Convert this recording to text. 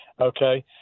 Okay